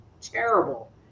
Terrible